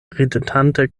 ridetante